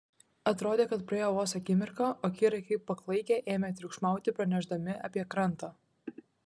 atrodė kad praėjo vos akimirka o kirai kaip paklaikę ėmė triukšmauti pranešdami apie krantą